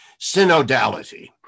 synodality